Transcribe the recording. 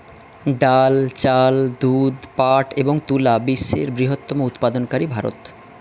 ডাল, চাল, দুধ, পাট এবং তুলা বিশ্বের বৃহত্তম উৎপাদনকারী ভারত